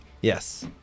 Yes